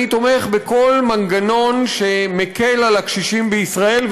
אני תומך בכל מנגנון שמקל על הקשישים בישראל,